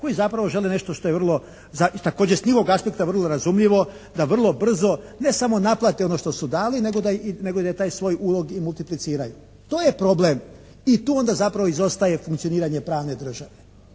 koji zapravo žele nešto što je vrlo, također s njihovog aspekta vrlo razumljivo da vrlo brzo ne samo naplate ono što su dali nego da i taj svoj ulog i multipliciraju. To je problem i tu onda zapravo izostaje funkcioniranje pravne države.